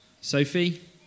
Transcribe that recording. sophie